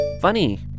Funny